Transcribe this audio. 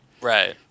right